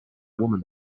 woman